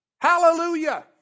Hallelujah